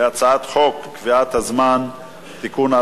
הצעת חוק קביעת הזמן (תיקון,